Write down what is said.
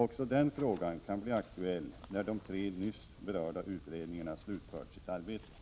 Också den frågan kan bli aktuell när de tre nyss berörda utredningarna slutfört sitt arbete.